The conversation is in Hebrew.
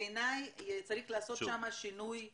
בעיניי צריך לעשות שם שינוי דרסטי.